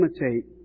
imitate